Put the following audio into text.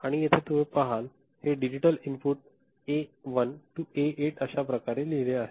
आणि येथे तुम्ही पहाल हे डिजिटल इनपुट A1 ते A8 अशा प्रकारे लिहिलेले आहे